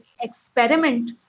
experiment